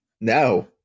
no